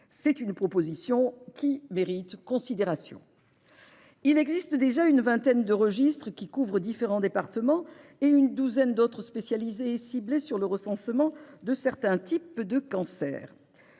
Cette idée mérite considération. Il existe déjà une vingtaine de registres qui couvrent différents départements, et une douzaine d'autres, spécialisés et ciblés sur le recensement de certains types de cancers.